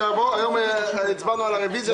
היום הצבענו על הרוויזיה שלה.